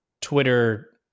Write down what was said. Twitter